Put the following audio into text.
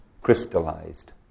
crystallized